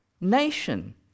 nation